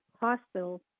hospital